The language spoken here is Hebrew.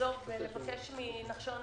ולבקש מנחשון